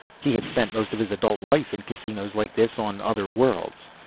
he had spent most of his adult life in casinos like this on other worlds.